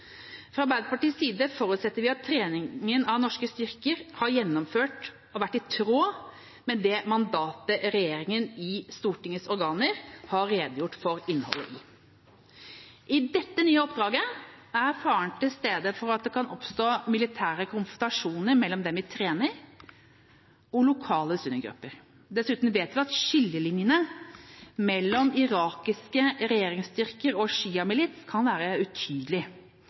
Fra Arbeiderpartiets side forutsetter vi at treningen norske styrker har gjennomført, har vært i tråd med det mandatet regjeringa i Stortingets organer har redegjort for innholdet i. I dette nye oppdraget er faren til stede for at det kan oppstå militære konfrontasjoner mellom dem vi trener, og lokale sunni-grupper. Dessuten vet vi at skillelinjene mellom irakiske regjeringsstyrker og sjia-milits kan være